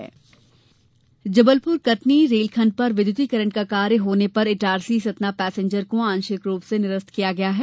train निरस्त जबलपुर कटनी रेलखंड पर विद्युतीकरण कार्य होने पर इटारसी सतना पैसेंजर को आंशिक रूप से निरस्त किया गया है